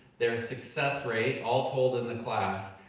their success rate, all told in the class,